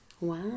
wow